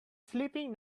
sleeping